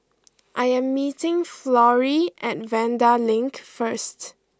I am meeting Florrie at Vanda Link first